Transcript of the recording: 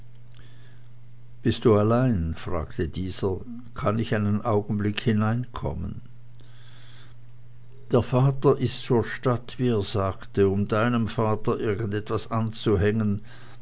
bist du allein fragte dieser kann ich einen augenblick hineinkommen der vater ist zur stadt wie er sagte um deinem vater irgend etwas anzuhängen